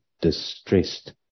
distressed